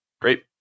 Great